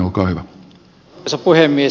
arvoisa puhemies